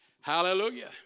Hallelujah